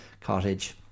cottage